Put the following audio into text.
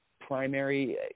primary